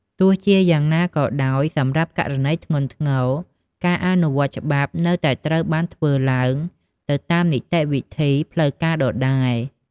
ទោះជាយ៉ាងណាក៏ដោយ សម្រាប់ករណីធ្ងន់ធ្ងរ ការអនុវត្តច្បាប់នៅតែត្រូវបានធ្វើឡើងទៅតាមនីតិវិធីផ្លូវការដដែល។